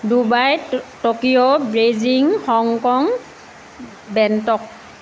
Dubai Tokyo Beijing Hong Kong Bangkok